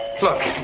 Look